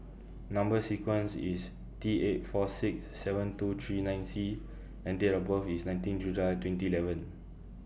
Number sequence IS T eight four six seven two three nine C and Date of birth IS nineteen July twenty eleven